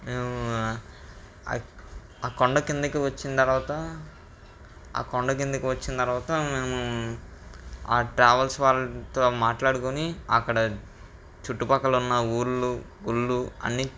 ఆ కొండ కిందికి వచ్చిన తర్వాత ఆ కొండ కిందికి వచ్చిన తర్వాత మేము ఆ ట్రావెల్స్ వాళ్ళతో మాట్లాడుకొని అక్కడ చుట్టుపక్కల ఉన్న ఊళ్ళు గుళ్ళు అన్ని